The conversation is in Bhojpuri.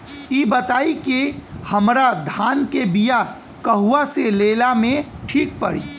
इ बताईं की हमरा धान के बिया कहवा से लेला मे ठीक पड़ी?